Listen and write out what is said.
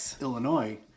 Illinois